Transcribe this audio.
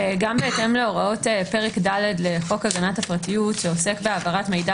גם בהתאם להוראות פרק ד' לחוק הגנת הפרטיות שעוסק בהעברת מידע